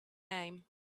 aim